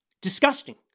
Disgusting